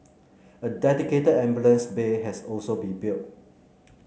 a dedicated ambulance bay has also been built